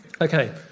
Okay